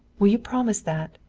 will you promise that?